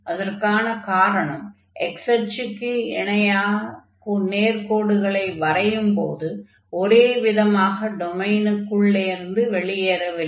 அதற்கான காரணம் x அச்சுக்கு இணையான நேர்க்கோடுகளை வரையும்போது ஒரே விதமாக டொமைனுக்குள்ளே இருந்து வெளியேறவில்லை